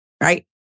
right